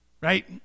Right